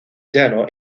llano